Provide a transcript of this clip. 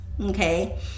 okay